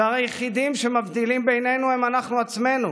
שהרי היחידים שמבדילים בינינו הם אנחנו עצמנו.